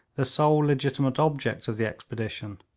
the sole legitimate object of the expedition